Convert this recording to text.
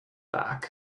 back